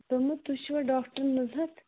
دوٚپمو تُہۍ چھُوا ڈاکٹَر نُزہت